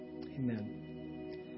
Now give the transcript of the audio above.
amen